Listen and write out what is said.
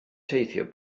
teithio